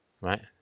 right